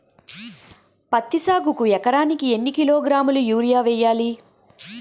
పత్తి సాగుకు ఎకరానికి ఎన్నికిలోగ్రాములా యూరియా వెయ్యాలి?